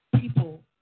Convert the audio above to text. people